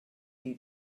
you